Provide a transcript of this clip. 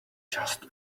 just